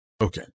Okay